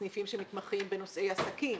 סניפים שמתמחים בנושאי עסקים,